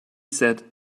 said